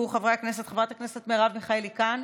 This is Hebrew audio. חברת הכנסת מרב מיכאלי כאן?